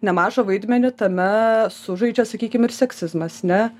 nemažą vaidmenį tame sužaidžia sakykim ir seksizmas ne